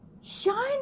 shine